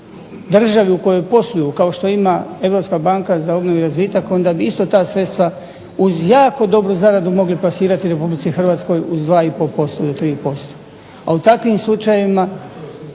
državi u kojoj posluju kao što ima Europska banka za obnovu i razvitak onda bi ista ta sredstva uz jako dobru zaradu mogli plasirati u Republici Hrvatskoj uz 2,5% do 3% a u takvim slučajevima